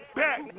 back